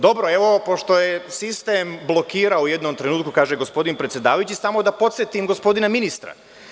Dobro, pošto je sistem blokirao u jednom trenutku, kako kaže gospodin predsedavajući, samo da podsetim gospodina ministra.